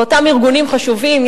ואותם ארגונים חשובים,